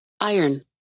Iron